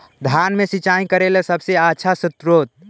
धान मे सिंचाई करे ला सबसे आछा स्त्रोत्र?